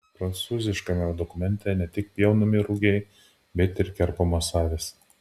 prancūziškame dokumente ne tik pjaunami rugiai bet ir kerpamos avys